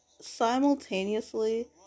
simultaneously